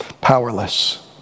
powerless